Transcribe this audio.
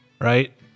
right